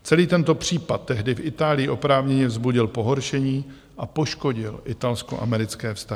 Celý tento případ tehdy v Itálii oprávněně vzbudil pohoršení a poškodil italskoamerické vztahy.